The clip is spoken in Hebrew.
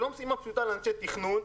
זאת לא משימה פשוטה לאנשי תכנון,